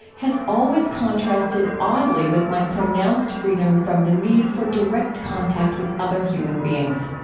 has always contrasted oddly with my pronounced freedom from the need for direct contact with other human beings.